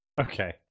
okay